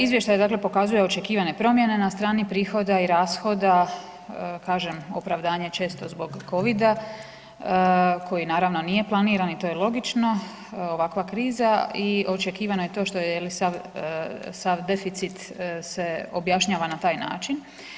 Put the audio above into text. Izvještaj dakle pokazuje očekivane promjene na strani prihoda i rashoda, kažem opravdanje je često zbog covida koji naravno nije planiran i to je logično ovakva kriza i očekivano je to što je jel sav, sav deficit se objašnjava na taj način.